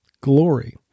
glory